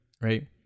right